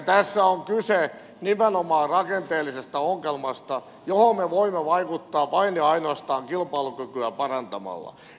tässä on kyse nimenomaan rakenteellisesta ongelmasta johon me voimme vaikuttaa vain ja ainoastaan kilpailukykyä parantamalla